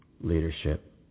leadership